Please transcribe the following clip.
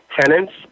tenants